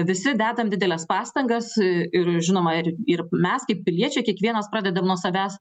visi dedam dideles pastangas ir žinoma ir ir mes kaip piliečiai kiekvienas pradedam nuo savęs